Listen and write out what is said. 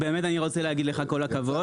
רוצה להגיד לך, כל הכבוד.